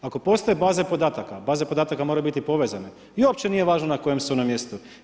Ako postoje baze podataka, baze podataka moraju biti povezane i opće nije važno na kojem su nam mjestu.